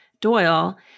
Doyle